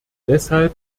deshalb